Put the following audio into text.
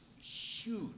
huge